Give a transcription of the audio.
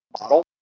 model